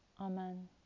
Amen